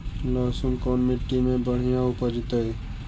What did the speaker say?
लहसुन कोन मट्टी मे बढ़िया उपजतै?